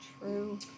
True